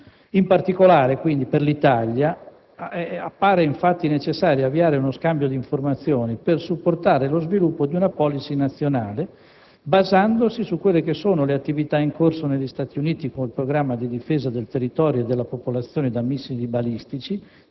In particolare, per l'Italia appare necessario avviare uno scambio di informazioni per supportare lo sviluppo di una *policy* nazionale, basandosi sulle attività in corso negli Stati Uniti con il programma di difesa del territorio e della popolazione da missili balistici,